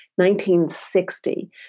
1960